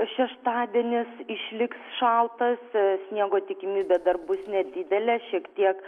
šeštadienis išliks šaltas sniego tikimybė dar bus nedidelė šiek tiek